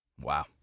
Wow